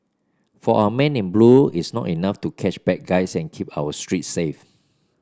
for our men in blue it's not enough to catch bad guys and keep our streets safe